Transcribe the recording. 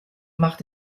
macht